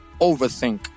overthink